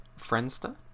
Friendster